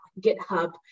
GitHub